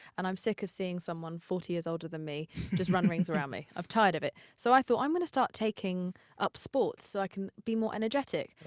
and i'm sick of seeing someone forty years older than me just run rings around me. i'm tired of it. so i thought, i'm gonna start taking up sports so i can be more energetic. oh,